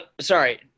sorry